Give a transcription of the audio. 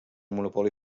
monopoli